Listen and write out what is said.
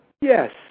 Yes